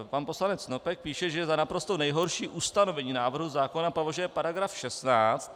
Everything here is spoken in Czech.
Pan poslanec Snopek píše, že za naprosto nejhorší ustanovení návrhu zákona považuje § 16.